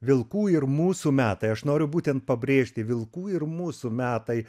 vilkų ir mūsų metai aš noriu būtent pabrėžti vilkų ir mūsų metai